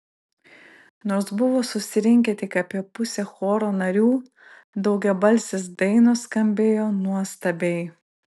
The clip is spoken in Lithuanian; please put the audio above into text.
nors buvo susirinkę tik apie pusė choro narių daugiabalsės dainos skambėjo nuostabiai